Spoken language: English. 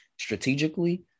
strategically